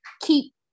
keep